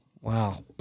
Wow